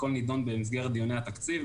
הכול נדון במסגרת דיוני התקציב,